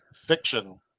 fiction